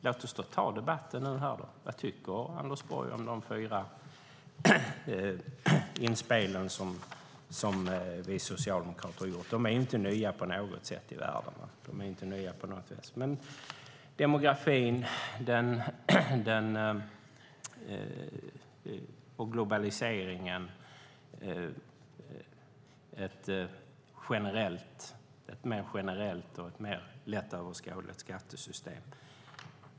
Låt oss ta debatten nu och här: Vad tycker Anders Borg om de fyra inspel som vi socialdemokrater har gjort? De är inte på något sätt nya. Det handlar om demografin, globaliseringen och om ett mer generellt och lättöverskådligt skattesystem.